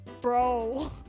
Bro